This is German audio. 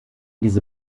diese